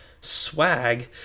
swag